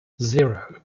zero